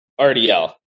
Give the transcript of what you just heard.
RDL